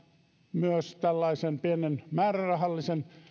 myös tällaisen pienen määrärahallisen